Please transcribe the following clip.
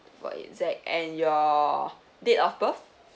Y Z and your date of birth